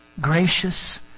gracious